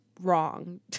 wrong